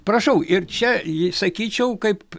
prašau ir čia ji sakyčiau kaip